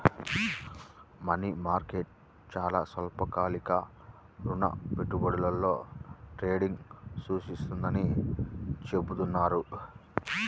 money market చాలా స్వల్పకాలిక రుణ పెట్టుబడులలో ట్రేడింగ్ను సూచిస్తుందని చెబుతున్నారు